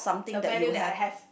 the value that I have